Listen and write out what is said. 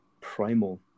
primal